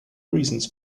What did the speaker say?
reasons